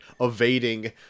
evading